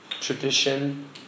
tradition